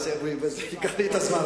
אתה תיקח לי את הזמן.